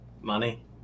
Money